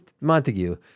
Montague